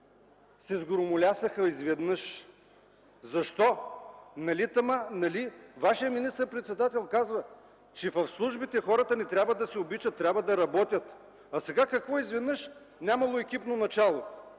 се сгромолясаха изведнъж. Защо? Нали вашият министър-председател казва, че в службите хората не трябва да се обичат, а трябва да работят? А сега какво? Изведнъж нямало екипно начало!